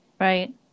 right